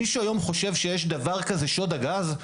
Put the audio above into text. מישהו חושב היום שיש דבר כזה, שוד הגז?